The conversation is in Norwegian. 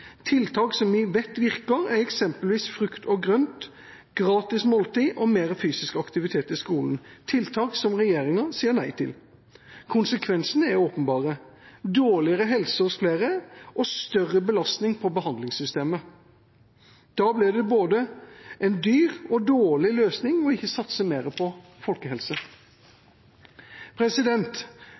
Tiltak som vi vet virker, er eksempelvis frukt og grønt, gratis måltid og mer fysisk aktivitet i skolen – tiltak som regjeringa sier nei til. Konsekvensene er åpenbare: dårligere helse hos flere og større belastning på behandlingssystemet. Da blir det både en dyr og en dårlig løsning ikke å satse mer på